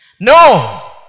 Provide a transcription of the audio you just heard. No